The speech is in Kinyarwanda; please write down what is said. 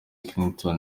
clinton